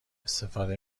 استفاده